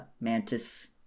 mantis